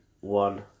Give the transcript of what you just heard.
one